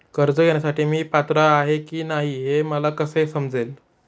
कर्ज घेण्यासाठी मी पात्र आहे की नाही हे मला कसे समजेल?